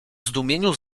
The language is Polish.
zdumieniu